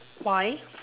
why